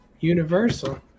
Universal